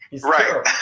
Right